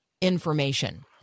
information